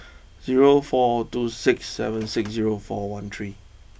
zero four two six seven six zero four one three